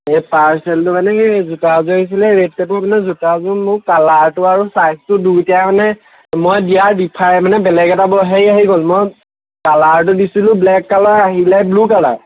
এই পাৰ্চেলটো মানে এই জোতা এযোৰ আহিছিলে মানে ৰেড টেপৰ মানে জোতাযোৰ মোৰ কালাৰটো আৰু ছাইজটো দুয়োটাই মানে মই দিয়া মানে বেলেগ এটা হেৰি আহি গ'ল মই কালাৰটো দিছিলোঁ ব্লেক কালাৰ আহিলে ব্লু কালাৰ